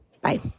Bye